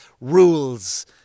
rules